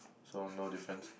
so no difference